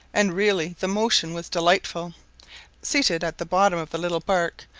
and really the motion was delightful seated at the bottom of the little bark,